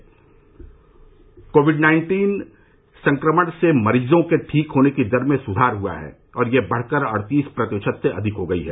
देश में covid nineteen संक्रमण से मरीजों के ठीक होने की दर में सुधार हुआ है और यह बढ़कर अड़तीस प्रतिशत से अधिक हो गयी है